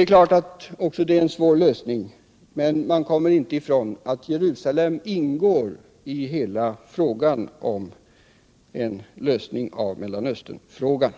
är klart att också detta är en svår lösning, men man kommer inte ifrån att Jerusalem ingår i en uppgörelse av Mellanösternfrågan.